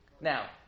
Now